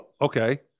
Okay